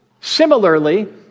similarly